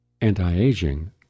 anti-aging